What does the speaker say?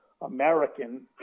American